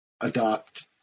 adopt